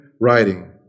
writing